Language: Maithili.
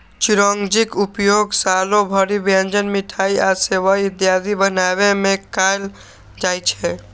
चिरौंजीक उपयोग सालो भरि व्यंजन, मिठाइ आ सेवइ इत्यादि बनाबै मे कैल जाइ छै